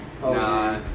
Nah